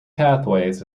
pathways